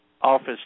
office